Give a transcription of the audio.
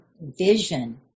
vision